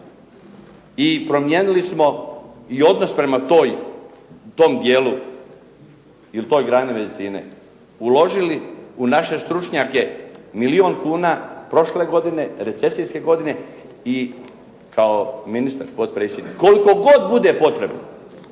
I promijenili smo i odnos prema tom dijelu i toj grani medicine. Uložili u naše stručnjake milijun kuna prošle godine, recesijske godine i kao ministar, potpredsjednik, koliko god bude potrebno,